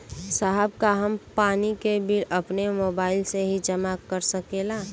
साहब का हम पानी के बिल अपने मोबाइल से ही जमा कर सकेला?